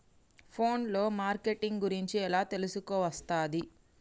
Phone లో marketing గురించి ఎలా తెలుసుకోవస్తది?